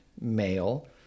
male